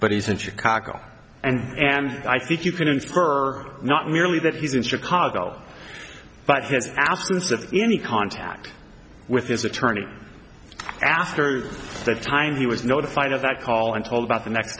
but he's in chicago and and i think you can infer not merely that he's in chicago but his absence of any contact with his attorney after that time he was notified of that call and told about the next